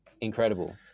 Incredible